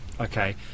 okay